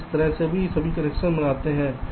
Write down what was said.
आप इस तरह के सभी कनेक्शन बनाते हैं